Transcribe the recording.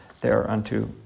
thereunto